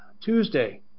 Tuesday